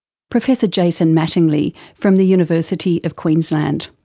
professor jason mattingley from the university of queensland.